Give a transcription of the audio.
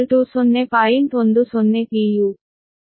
ಇದು ವಾಸ್ತವವಾಗಿ ಹಳೆಯ ಮೌಲ್ಯವಾಗಿದೆ